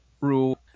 rule